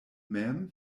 mem